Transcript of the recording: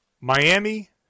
Miami